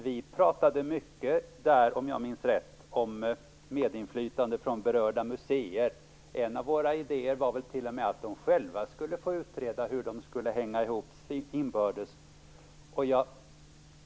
Vi pratade mycket där, om jag minns rätt, om medinflytande från berörda museer. En av våra idéer var t.o.m. att de själva skulle få utreda hur de skulle hänga ihop inbördes.